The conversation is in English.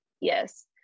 yes